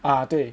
ah 对